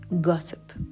gossip